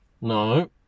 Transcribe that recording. No